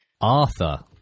Arthur